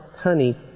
honey